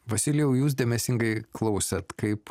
vasilijau jūs dėmesingai klausėt kaip